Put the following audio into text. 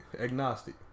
agnostic